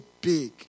big